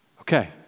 Okay